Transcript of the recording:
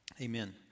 Amen